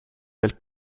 del